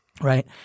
right